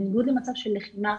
בניגוד למצב של לחימה,